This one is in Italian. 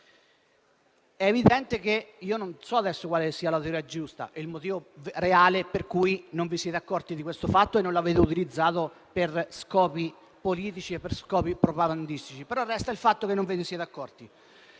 locali. Non so quale sia la teoria giusta e il motivo reale per cui non vi siete accorti di questo fatto e non l'avete utilizzato per scopi politici e propagandistici, ma resta il fatto che non ve ne siete accorti.